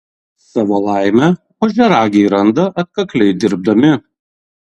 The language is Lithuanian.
savo laimę ožiaragiai randa atkakliai dirbdami